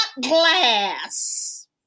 glass